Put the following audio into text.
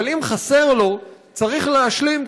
אבל אם חסר לו צריך להשלים,